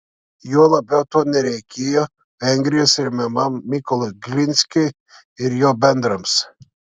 juo labiau to nereikėjo vengrijos remiamam mykolui glinskiui ir jo bendrams